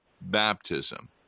baptism